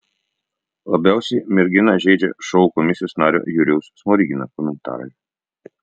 labiausiai merginą žeidžia šou komisijos nario jurijaus smorigino komentarai